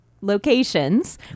locations